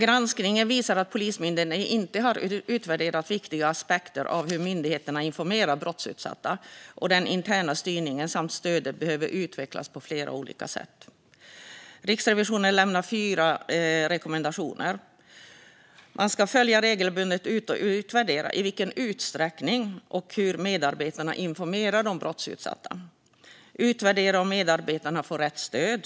Granskningen visar att Polismyndigheten inte har utvärderat viktiga aspekter av hur myndigheten informerar brottsutsatta, och den interna styrningen samt stödet behöver utvecklas på flera olika sätt. Riksrevisionen lämnar fyra rekommendationer. Man ska regelbundet följa och utvärdera i vilken utsträckning och hur medarbetarna informerar de brottsutsatta. Vidare ska man utvärdera om medarbetarna får rätt stöd.